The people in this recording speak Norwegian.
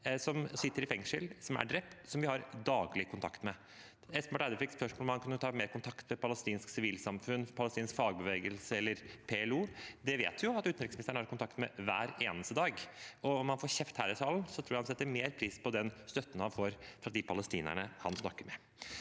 som sitter i fengsel, som vi har daglig kontakt med, eller som er drept. Espen Barth Eide fikk spørsmål om han kunne ta mer kontakt med palestinsk sivilsamfunn, palestinsk fagbevegelse eller PLO. De vet vi at utenriksministeren har kontakt med hver eneste dag. Om han får kjeft her i salen, tror jeg han setter mer pris på den støtten han får fra de palestinerne han snakker med.